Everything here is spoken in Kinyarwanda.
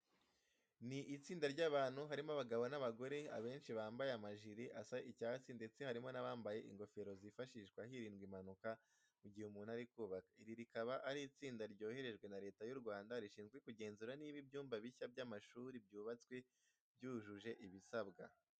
Ni itsinda ry'abantu harimo abagabo n'abagore, abenshi bambaye amajire asa icyatsi ndetse harimo n'abambaye ingofero zifashishwa hirindwa impanuka mu gihe umuntu ari kubaka. Iri rikaba ari itsinda ryoherejwe na Leta y'u Rwanda rishinzwe kugenzura niba ibyumba bishya by'amashuri byubatswe byujuje ibisabwa.